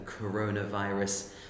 coronavirus